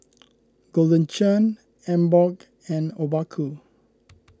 Golden Churn Emborg and Obaku